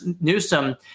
Newsom